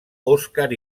oscar